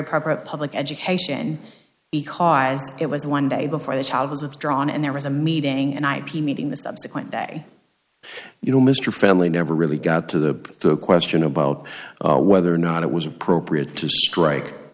appropriate public education because it was one day before the child was withdrawn and there was a meeting and i p meeting the subsequent day you know mr fenley never really got to the question about whether or not it was appropriate to strike